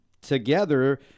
together